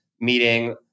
meeting